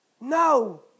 No